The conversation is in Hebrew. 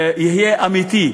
יהיה אמיתי,